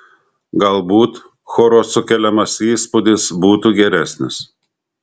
galbūt choro sukeliamas įspūdis būtų geresnis